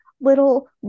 little